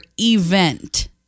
event